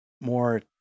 more